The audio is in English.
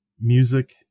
music